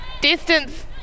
Distance